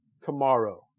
tomorrow